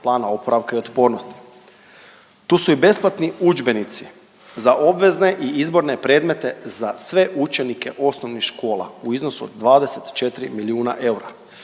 plana oporavka i otpornosti. Tu su i besplatni udžbenici za obvezne i izborne predmete za sve učenike osnovnih škola u iznosu od 24 milijuna eura.